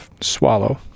swallow